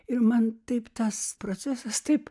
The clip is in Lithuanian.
ir man taip tas procesas taip